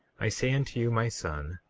i say unto you, my son,